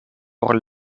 por